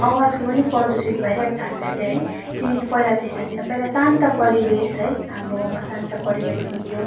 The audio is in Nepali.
आवाजको पनि प्रदूषित भइरहेको छ हामीलाई चाहिँ है किनकि पहिला त्यस्तो थिएन पहिला शान्त परिवेश है हाम्रो गाउँमा शान्त परिवेश हुन्थ्यो